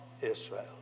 Israel